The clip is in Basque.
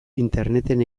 interneten